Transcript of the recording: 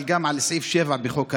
אבל גם לסעיף 7 בחוק הלאום,